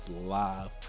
live